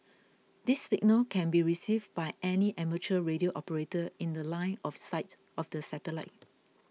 this signal can be received by any amateur radio operator in The Line of sight of the satellite